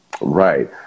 Right